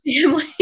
family